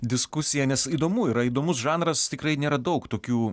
diskusiją nes įdomu yra įdomus žanras tikrai nėra daug tokių